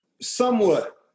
Somewhat